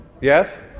Yes